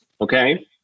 Okay